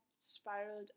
spiraled